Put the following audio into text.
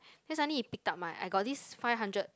then suddenly he pick up my I got this five hundred